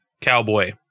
cowboy